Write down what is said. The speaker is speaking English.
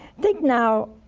think now,